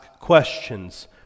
questions